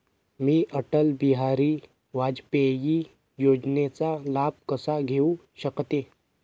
मी अटल बिहारी वाजपेयी योजनेचा लाभ कसा घेऊ शकते?